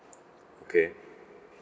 okay